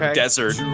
desert